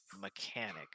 mechanic